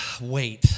Wait